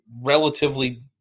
relatively